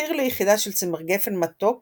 המחיר ליחידה של צמר גפן מתוק